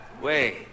Wait